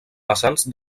vessants